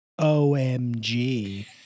OMG